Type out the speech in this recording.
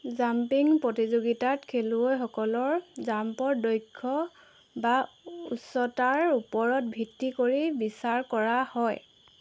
jumping প্ৰতিযোগিতাত খেলুৱৈসকলৰ জাম্পৰ দৈৰ্ঘ্য বা উচ্চতাৰ ওপৰত ভিত্তি কৰি বিচাৰ কৰা হয়